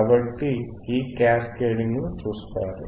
కాబట్టి మీరు ఈ క్యాస్కేడింగ్ ను చూస్తారు